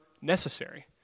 necessary